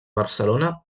barcelona